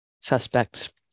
suspects